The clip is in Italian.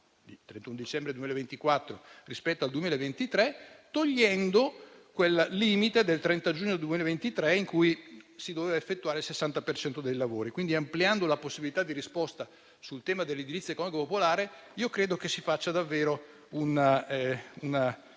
31 dicembre 2024 rispetto al 2023, togliendo il limite del 30 giugno 2023 entro cui si doveva effettuare il 60 per cento dei lavori. Pertanto, ampliando la possibilità di risposta sul tema dell'edilizia economico-popolare, credo si faccia davvero una grande